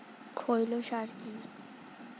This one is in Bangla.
খৈল সার কি?